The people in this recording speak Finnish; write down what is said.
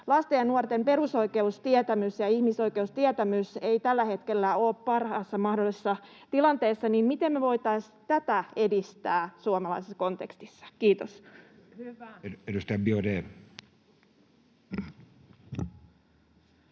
lasten ja nuorten perusoikeustietämys ja ihmisoikeustietämys eivät tällä hetkellä ole parhaassa mahdollisessa tilanteessa, niin miten me voitaisiin tätä edistää suomalaisessa kontekstissa. — Kiitos. [Speech